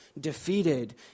defeated